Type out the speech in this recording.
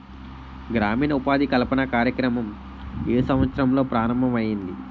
గ్రామీణ ఉపాధి కల్పన కార్యక్రమం ఏ సంవత్సరంలో ప్రారంభం ఐయ్యింది?